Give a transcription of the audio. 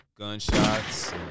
Gunshots